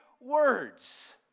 words